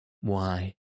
Why